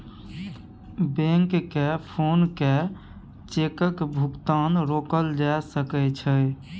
बैंककेँ फोन कए चेकक भुगतान रोकल जा सकै छै